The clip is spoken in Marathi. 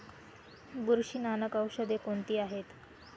बुरशीनाशक औषधे कोणती आहेत?